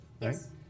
Yes